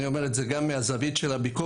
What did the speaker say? אני אומר את זה גם מהזווית של הביקורת.